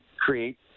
create